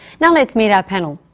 and let's meet our panel.